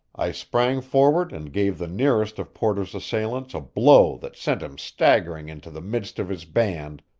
i sprang forward and gave the nearest of porter's assailants a blow that sent him staggering into the midst of his band,